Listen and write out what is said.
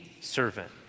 servant